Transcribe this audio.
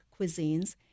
cuisines